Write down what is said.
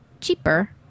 cheaper